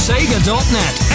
Sega.net